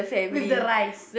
with the rice